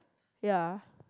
ya